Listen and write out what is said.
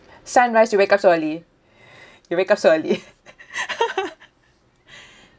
sunrise you wake up so early you wake up early